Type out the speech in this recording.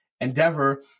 endeavor